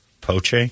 Poche